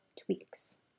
tweaks